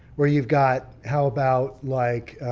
where you've got, how about like,